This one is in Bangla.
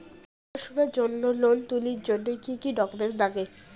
পড়াশুনার জন্যে লোন তুলির জন্যে কি কি ডকুমেন্টস নাগে?